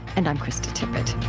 and i'm krista tippett